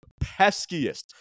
peskiest